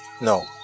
No